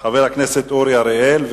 חבר הכנסת אורי אריאל,